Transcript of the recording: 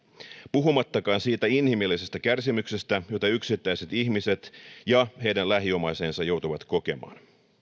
puhumattakaan siitä inhimillisestä kärsimyksestä jota yksittäiset ihmiset ja heidän lähiomaisensa joutuvat kokemaan